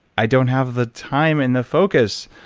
i don't have the time and the focus,